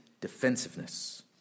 defensiveness